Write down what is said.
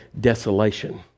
desolation